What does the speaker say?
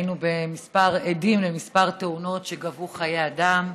היינו עדים לכמה תאונות שגבו חיי אדם.